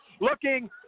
looking